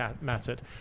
mattered